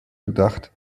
gedacht